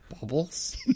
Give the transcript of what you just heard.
Bubbles